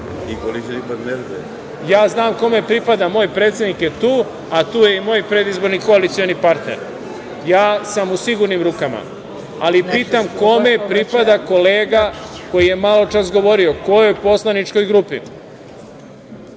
**Đorđe Milićević** Ja znam kome pripadam, moj predsednik je tu, a tu je i moj predizborni koalicioni partner. Ja sam u sigurnim rukama. Ali, pitam kome pripada kolega koji je maločas govorio, kojoj poslaničkoj grupi,